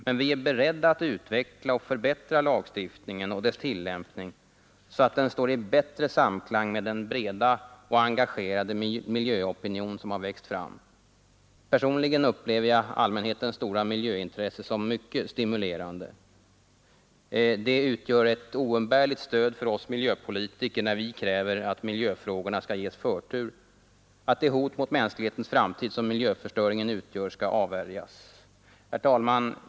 Men vi är beredda att utveckla och förbättra lagstiftningen och dess tillämpning, så att den står i bättre samklang med den breda och engagerade miljöopinion som har växt fram. Personligen upplever jag allmänhetens stora miljöintresse som mycket stimulerande. Det utgör ett oumbärligt stöd för oss miljöpolitiker när vi kräver att miljöfrågorna skall ges förtur, att det hot mot mänsklighetens framtid, som miljöförstöringen utgör, skall avvärjas. Herr talman!